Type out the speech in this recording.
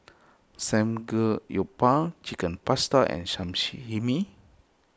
Samgeyopsal Chicken Pasta and